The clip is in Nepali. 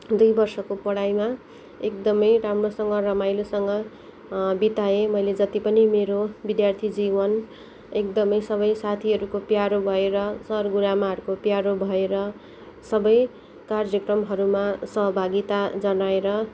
दुई वर्षको पढाइमा एकदमै राम्रोसँग रमाइलोसँग बिताएँ मैले जति पनि मेरो विद्यार्थी जीवन एकदमै सबै साथीहरूको प्यारो भएर सर गुरुमाहरूको प्यारो भएर सबै कार्यक्रमहरूमा सहभागिता जनाएर